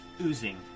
Oozing